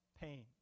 pain